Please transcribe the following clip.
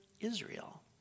Israel